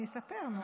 אני אספר.